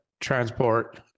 transport